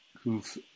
who've